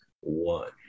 one